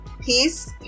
peace